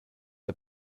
der